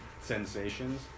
sensations